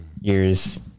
years